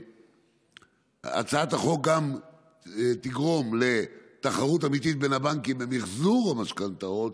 הצעת החוק גם תגרום לתחרות אמיתית בין הבנקים במחזור המשכנתאות.